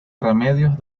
remedios